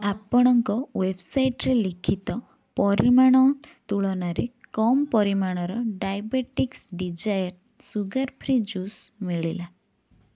ଆପଣଙ୍କ ୱେବ୍ସାଇଟ୍ରେ ଲିଖିତ ପରିମାଣ ତୁଳନାରେ କମ୍ ପରିମାଣର diabetics desire sugar free juice ମିଳିଲା